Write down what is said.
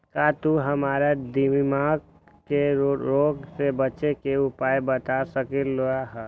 का तू हमरा दीमक के रोग से बचे के उपाय बता सकलु ह?